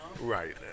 Right